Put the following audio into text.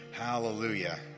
Hallelujah